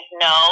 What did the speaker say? no